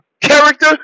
character